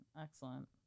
Excellent